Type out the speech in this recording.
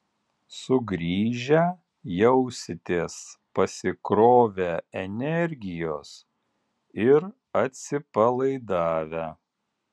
sugrįžę jausitės pasikrovę energijos ir atsipalaidavę